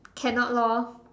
cannot lor